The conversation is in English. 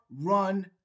run